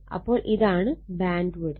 അപ്പോൾ ഇതാണ് band width